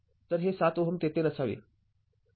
तर हे ७Ω तेथे नसावे